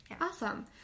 awesome